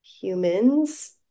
humans